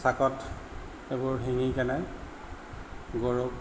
চাকত এইবোৰ শিঙি কেনে গৰুক